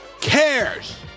cares